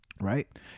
right